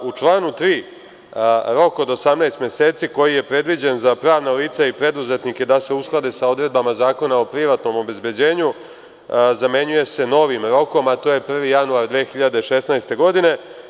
U članu 3. rok od 18 meseci koji je predviđen za pravna lica i preduzetnike da se usklade sa odredbama Zakona o privatnom obezbeđenju zamenjuje se novim rokom a to je 1. januar 2016. godine.